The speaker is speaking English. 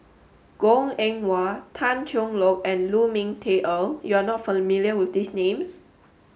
Goh Eng Wah Tan Cheng Lock and Lu Ming Teh Earl you are not familiar with these names